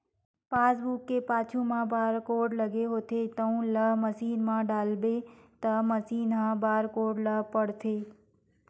passbook के पाछू म बारकोड लगे होथे जउन ल मसीन म डालबे त मसीन ह बारकोड ल पड़थे